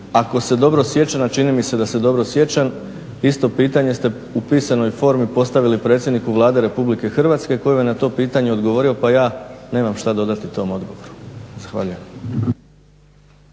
ako se dobro sjećam a čini mi se da se dobro sjećam isto pitanje ste u pisanoj formi postavili predsjedniku Vlade RH koji vam je na to pitanje odgovorio pa ja nemam šta dodati tom odgovoru. Zahvaljujem.